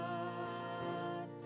God